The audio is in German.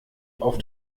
auf